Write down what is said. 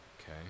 Okay